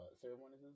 ceremonies